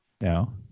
No